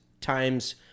times